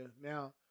Now